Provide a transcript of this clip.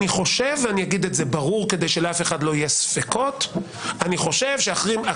אני חושב ואגיד את זה ברור כדי שלאף אחד לא יהיה ספקות: אני חושב שעכרמה